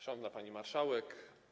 Szanowna Pani Marszałek!